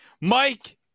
Mike